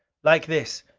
like this,